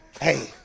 Hey